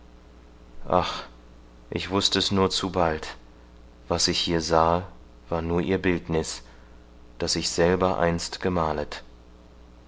ach ich wußte es nur zu bald was ich hier sahe war nur ihr bildniß das ich selber einst gemalet